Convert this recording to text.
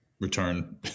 return